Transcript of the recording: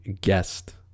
guest